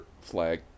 Flag